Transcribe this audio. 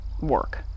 work